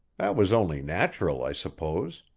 was only natural, i suppose.